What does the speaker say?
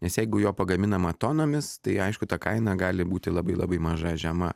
nes jeigu jo pagaminama tonomis tai aišku ta kaina gali būti labai labai maža žema